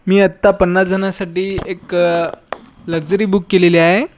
मी आत्ता पन्नास जणांसाठी एक लक्जरी बुक केलेली आहे